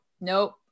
nope